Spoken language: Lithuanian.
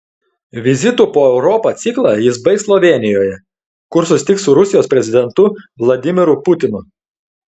vizitų po europą ciklą jis baigs slovėnijoje kur susitiks su rusijos prezidentu vladimiru putinu